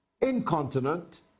incontinent